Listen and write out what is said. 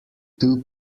two